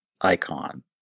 icon